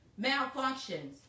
malfunctions